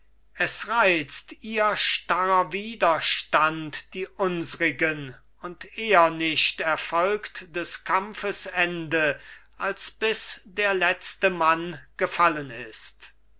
es reizt ihr starrer widerstand die unsrigen und eher nicht erfolgt des kampfes ende als bis der letzte mann gefallen ist